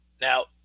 Now